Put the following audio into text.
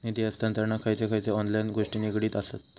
निधी हस्तांतरणाक खयचे खयचे ऑनलाइन गोष्टी निगडीत आसत?